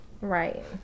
Right